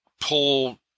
pull